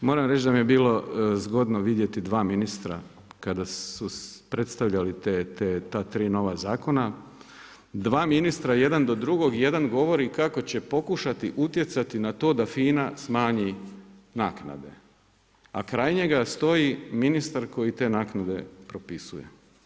Moramo reći da mi je bilo zgodno vidjeti dva ministra kada su predstavljali ta 3 nova zakona, dva ministra, jedan do drugog, jedan govori kako će pokušati utjecati na to da FINA smanji naknade, a kraj njega stoji ministar koji te naknade propisuje.